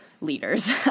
leaders